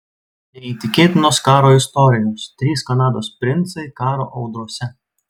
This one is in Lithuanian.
neįtikėtinos karo istorijos trys kanados princai karo audrose